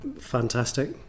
fantastic